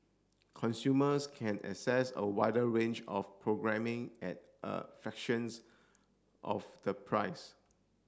consumers can access a wider range of programming at a fractions of the price